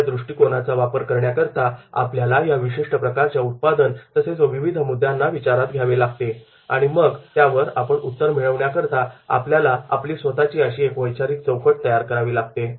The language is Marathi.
या दृष्टिकोनाचा वापर करण्याकरिता आपल्याला या विशिष्ट प्रकारच्या उत्पादन तसेच विविध मुद्द्यांना विचारात घ्यावे लागते आणि मग त्यावर उत्तर मिळविण्याकरिता आपल्याला आपली स्वतःची अशी एक वैचारिक चौकट तयार करावी लागते